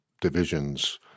divisions